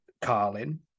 Carlin